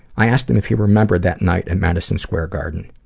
i asked him if he remembered that night at madison square garden.